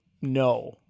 no